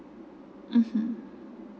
mmhmm